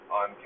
on